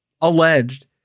alleged